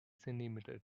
centimeters